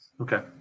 okay